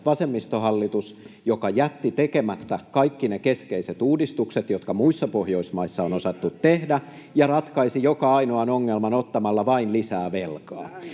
vasemmistohallitus, joka jätti tekemättä kaikki ne keskeiset uudistukset, jotka muissa Pohjoismaissa on osattu tehdä, ja ratkaisi joka ainoan ongelman ottamalla vain lisää velkaa.